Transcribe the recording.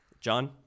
John